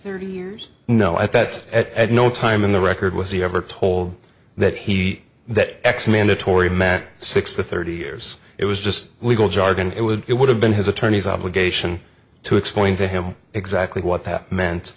thirty years no at that at no time in the record was he ever told that he that x mandatory met six to thirty years it was just legal jargon it would it would have been his attorney's obligation to explain to him exactly what that meant